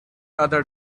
other